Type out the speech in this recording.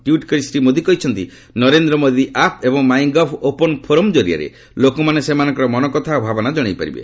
tweet କରି ଶ୍ରୀ ମୋଦି କହିଛନ୍ତି Narendra Modi app ଏବଂ ମାଇଗଭ୍ଓପନ୍ ଫୋରମ୍ କରିଆରେ ଲୋକମାନେ ସେମାନଙ୍କର ମନକଥା ଓ ଭାବନା ଜଣାଇପାରିବେ